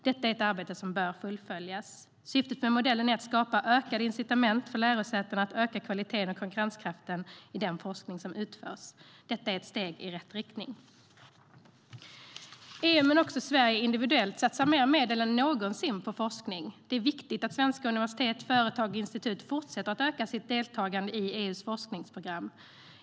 Detta är ett arbete som bör fullföljas. Syftet med modellen är att skapa ökade incitament för lärosätena att öka kvaliteten och konkurrenskraften i den forskning som utförs. Detta är ett steg i rätt riktning.EU men också Sverige individuellt satsar mer medel än någonsin på forskning. Det är viktigt att svenska universitet, företag och institut fortsätter att öka sitt deltagande i EU:s forskningsprogram.